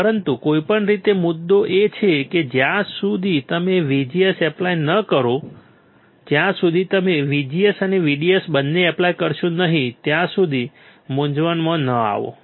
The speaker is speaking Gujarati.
પરંતુ કોઈપણ રીતે મુદ્દો એ છે કે જ્યાં સુધી તમે VGS એપ્લાય ન કરો જ્યાં સુધી તમે VGS અને VDS બંને એપ્લાય કરશો નહીં ત્યાં સુધી મૂંઝવણમાં ન આવો